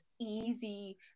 easy